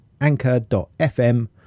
anchor.fm